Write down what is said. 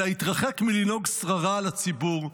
אלא "התרחק מלנהוג שררה בציבור,